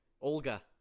Olga